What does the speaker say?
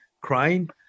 crying